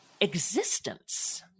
existence